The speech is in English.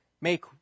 Make